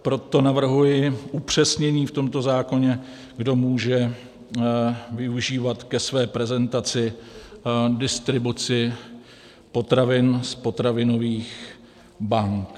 Proto navrhuji upřesnění v tomto zákoně, kdo může využívat ke své prezentaci distribuci potravin z potravinových bank.